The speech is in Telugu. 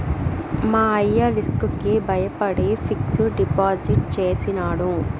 మా అయ్య రిస్క్ కి బయపడి ఫిక్సిడ్ డిపాజిట్ చేసినాడు